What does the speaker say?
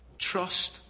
Trust